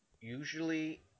usually